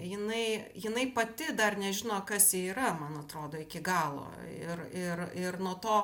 jinai jinai pati dar nežino kas ji yra man atrodo iki galo ir ir ir nuo to